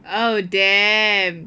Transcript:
oh damn